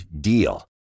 DEAL